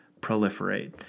proliferate